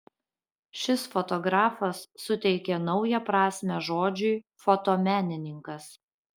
šis fotografas suteikė naują prasmę žodžiui fotomenininkas